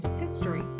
history